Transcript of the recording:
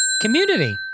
Community